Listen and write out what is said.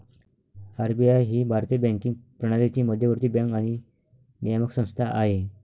RBI ही भारतीय banking प्रणालीची मध्यवर्ती बँक आणि नियामक संस्था आहे